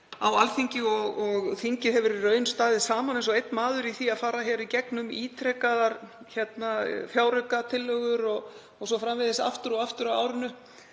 á Alþingi. Þingið hefur í raun staðið saman eins og einn maður í því að fara í gegnum ítrekaðar fjáraukatillögur o.s.frv. aftur og aftur á árinu